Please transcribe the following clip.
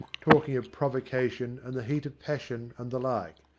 talking of provocation, and the heat of passion, and the like.